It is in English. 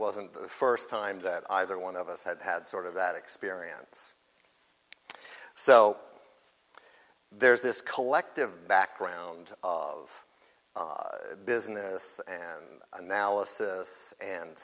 wasn't the first time that either one of us had had sort of that experience so there's this collective background of business and analysis and